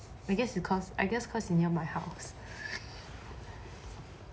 I guess because I guess cause it's near my house